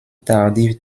tardive